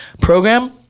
program